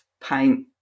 paint